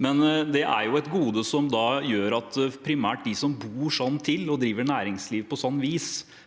Det er et gode som primært gjør at de som bor sånn til og driver næringsliv på sånt vis,